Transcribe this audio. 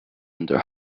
under